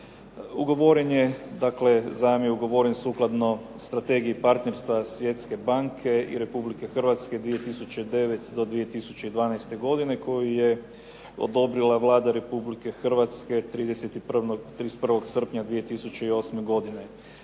Europske unije. Zajam je ugovoren sukladno Strategiji partnerstva Svjetske banke i Republike Hrvatske 2009. do 2012. godine koju je odobrila Vlada Republike Hrvatske 31. srpnja 2008. godine.